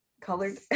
Colored